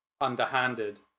underhanded